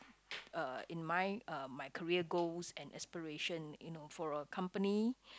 uh in mine uh my career goals and aspiration you know for a company